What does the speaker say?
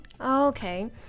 Okay